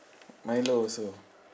milo also